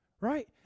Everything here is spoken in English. right